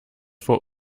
vor